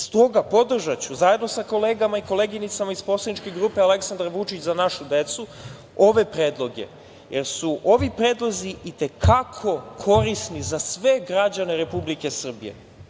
S toga, podržaću zajedno sa kolegama i koleginicama iz poslaničke grupe Aleksandar Vučić – Za našu decu ove predloge, jer su ovi predlozi i te kako korisni za sve građane Republike Srbije.